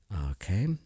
Okay